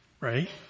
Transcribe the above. right